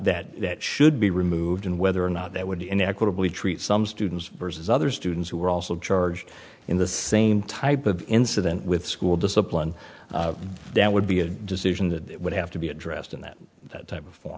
not that it should be removed and whether or not there would be an equitably treat some students versus other students who were also charged in the same type of incident with school discipline that would be a decision that would have to be addressed and that that type